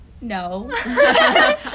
no